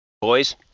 boys